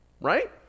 Right